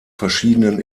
verschiedenen